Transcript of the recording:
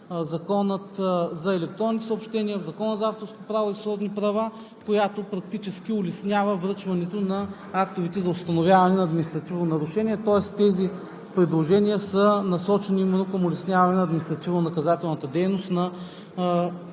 Закона за електронните съобщения, в Закона за авторското право и сродните му права, която практически улеснява връчването на актовете за установяване на административно нарушение. Тоест тези предложения са насочени към улесняване на административнонаказателната дейност на